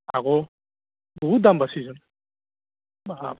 খাব বহুত দাম বাঢ়িছেচোন বাপ